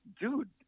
dude